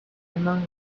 among